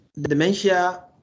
Dementia